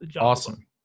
Awesome